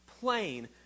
plain